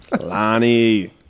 Lonnie